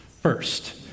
First